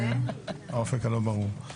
אל האופק הלא ברור.